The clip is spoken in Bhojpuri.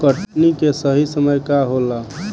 कटनी के सही समय का होला?